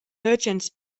merchants